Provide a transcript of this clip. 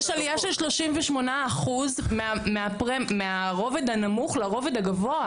יש עליה של 38% מהרובד הנמוך לרובד הגבוה.